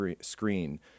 screen